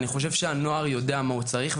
אני חושב שהנוער יודע מה הוא צריך,